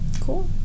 Cool